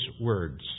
words